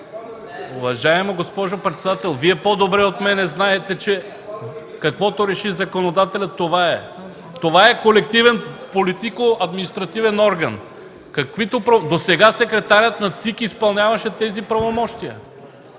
Уважаема госпожо председател, Вие по-добре от мен знаете, че каквото реши законодателят, това е. Това е колективен политико-административен орган. Досега секретарят на ЦИК изпълняваше тези правомощия.